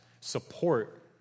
support